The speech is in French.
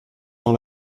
dans